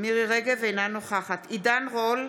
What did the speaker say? אינה נוכחת עידן רול,